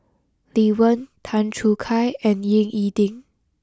Lee Wen Tan Choo Kai and Ying E Ding